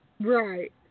Right